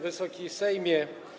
Wysoki Sejmie!